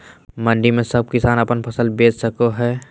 मंडी में सब किसान अपन फसल बेच सको है?